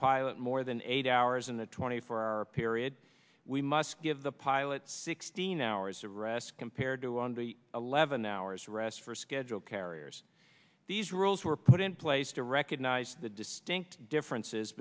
pilot more than eight hours in the twenty four hour period we must give the pilots sixteen hours of rest compared to on the eleven hours of rest for scheduled carriers these rules were put in place to recognize the distinct differences